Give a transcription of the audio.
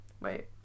wait